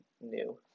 new